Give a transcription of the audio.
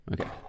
Okay